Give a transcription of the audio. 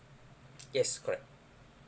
yes correct